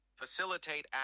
facilitate